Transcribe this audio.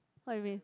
what you mean